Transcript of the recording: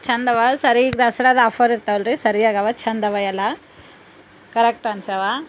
ಛಂದವ ಸರಿ ಈಗ ದಸರಾದ ಆಫರ್ ಇರ್ತಾವಲ್ರಿ ಸರಿಯಾಗವ ಛಂದವ ಎಲ್ಲ ಕರೆಕ್ಟ್ ಅನ್ಸಿವೆ